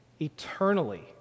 eternally